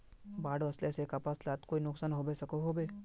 बाढ़ वस्ले से कपास लात कोई नुकसान होबे सकोहो होबे?